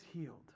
healed